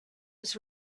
was